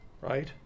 right